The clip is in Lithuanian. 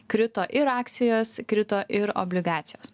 krito ir akcijos krito ir obligacijos